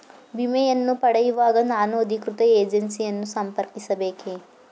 ವಿಮೆಯನ್ನು ಪಡೆಯುವಾಗ ನಾನು ಅಧಿಕೃತ ಏಜೆನ್ಸಿ ಯನ್ನು ಸಂಪರ್ಕಿಸ ಬೇಕೇ?